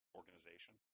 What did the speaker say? organization